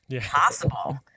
possible